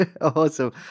Awesome